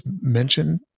mentioned